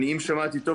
אם שמעתי היטב,